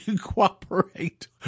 cooperate